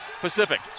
Pacific